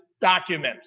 documents